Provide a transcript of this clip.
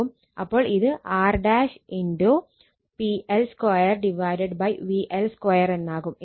അപ്പോൾ ഇത് R × PL2 VL2 എന്നാകും